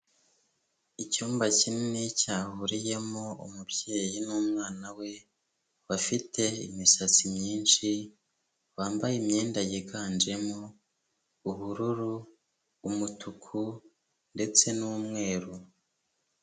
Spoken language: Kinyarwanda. Icyumba kinini cyahuriyemo umubyeyi n'umwana we, bafite imisatsi myinshi, bambaye imyenda yiganjemo ubururu, umutuku ndetse n'umweru.